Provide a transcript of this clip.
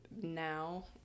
now